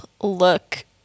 look